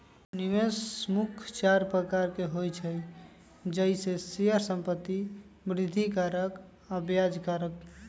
निवेश मुख्य चार प्रकार के होइ छइ जइसे शेयर, संपत्ति, वृद्धि कारक आऽ ब्याज कारक